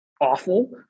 awful